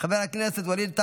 חבר הכנסת חמד עמאר,